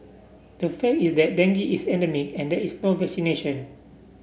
the fact is that dengue is endemic and there is no vaccination